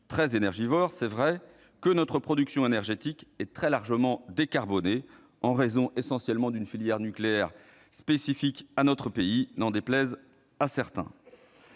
très énergivores, que notre production énergétique est très largement décarbonée, essentiellement en raison d'une filière nucléaire spécifique à notre pays, n'en déplaise à certains